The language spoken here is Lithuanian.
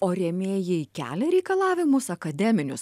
o rėmėjai kelia reikalavimus akademinius